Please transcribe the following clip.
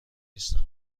نیستما